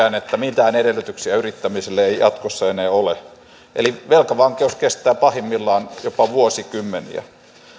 pitkään että mitään edellytyksiä yrittämiselle ei jatkossa enää ole eli velkavankeus kestää pahimmillaan jopa vuosikymmeniä